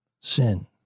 sin